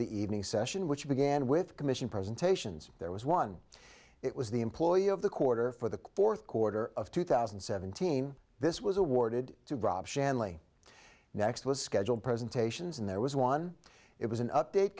the evening session which began with commission presentations there was one it was the employee of the quarter for the fourth quarter of two thousand and seventeen this was awarded to drop shanley next was scheduled presentations and there was one it was an update